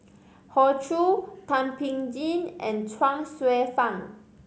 Hoey Choo Thum Ping Tjin and Chuang Hsueh Fang